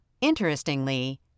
Interestingly